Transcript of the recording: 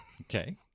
okay